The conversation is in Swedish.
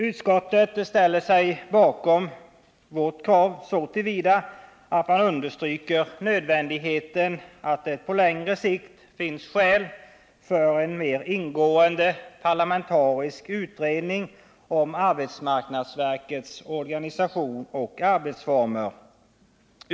Utskottet ställer sig bakom vårt krav så till vida att man understryker att det på längre sikt finns skäl för en mer ingående, parlamentarisk utredning om arbetsmarknadsverkets organisation och arbetsformer.